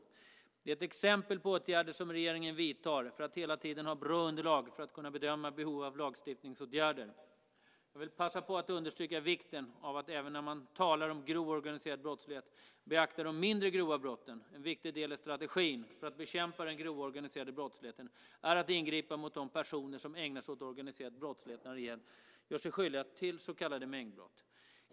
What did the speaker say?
Det är ett exempel på åtgärder som regeringen vidtar för att hela tiden ha bra underlag för att kunna bedöma behov av lagstiftningsåtgärder. Jag vill passa på att understryka vikten av att även när man talar om grov organiserad brottslighet beakta de mindre grova brotten. En viktig del i strategin för att bekämpa den grova organiserade brottsligheten är att ingripa mot de personer som ägnar sig åt organiserad brottslighet när de gör sig skyldiga till så kallade mängdbrott.